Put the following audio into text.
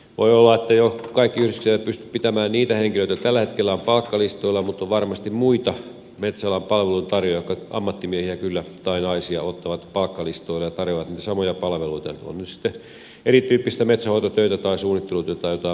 voi olla että kaikki yhdistykset eivät pysty pitämään niitä henkilöitä jotka tällä hetkellä ovat palkkalistoilla mutta on varmasti muita metsäalan palveluntarjoajia jotka ammattimiehiä tai naisia kyllä ottavat palkkalistoilleen ja tarjoavat niitä samoja palveluita ovat ne nyt sitten erityyppistä metsänhoitotyötä tai suunnittelutyötä tai jotain muuta vastaavaa